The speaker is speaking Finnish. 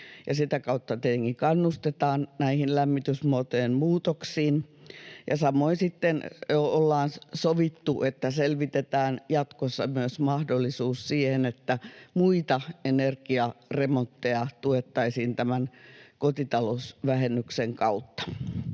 sitä kautta tietenkin kannustetaan näihin lämmitysmuotojen muutoksiin. Ja samoin sitten ollaan sovittu, että selvitetään jatkossa myös mahdollisuus siihen, että muita energiaremontteja tuettaisiin tämän kotitalousvähennyksen kautta.